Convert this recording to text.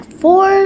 four